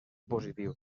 positiu